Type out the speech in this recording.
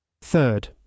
Third